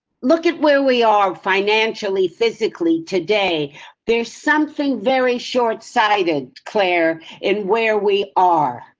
look at where we are financially physically today there's something very shortsighted claire in where we are,